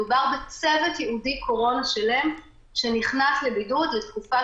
מדובר בצוות ייעודי קורונה שלם שנכנס לבידוד לתקופה